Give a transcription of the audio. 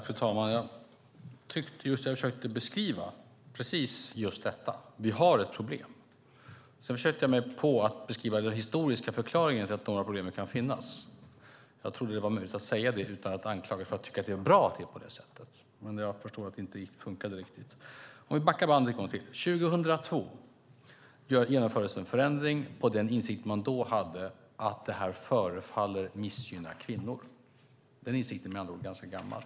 Fru talman! Jag tyckte att jag försökte beskriva just precis att vi har ett problem. Jag försökte mig också på att ge några historiska förklaringar till att några av problemen kan finnas. Jag trodde att det var möjligt att säga detta utan att anklagas för att tycka att det är bra att det är på det sättet, men jag förstår att det inte riktigt funkade. Vi backar bandet en gång till: År 2002 genomfördes en förändring på den insikt man då hade, det vill säga att det här föreföll missgynna kvinnor. Den insikten är med andra ord ganska gammal.